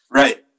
right